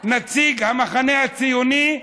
נציג המחנה הציוני,